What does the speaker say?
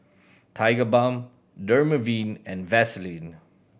Tigerbalm Dermaveen and Vaselin